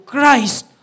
Christ